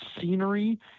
scenery